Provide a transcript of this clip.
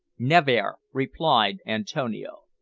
nevair, replied antonio.